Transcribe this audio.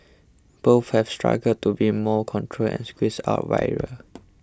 both have struggled to win more control and squeeze out rivals